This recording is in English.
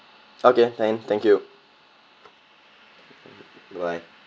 okay then thank you bye bye